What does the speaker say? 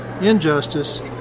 injustice